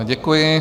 Děkuji.